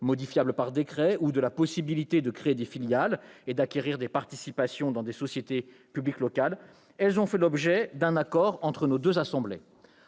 modifiables par décret, ou à la possibilité de créer des filiales et d'acquérir des participations dans des sociétés publiques locales -, elles ont fait l'objet d'un accord entre nos deux assemblées.